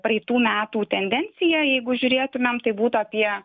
praeitų metų tendenciją jeigu žiūrėtumėm tai būtų apie